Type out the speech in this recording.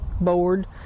board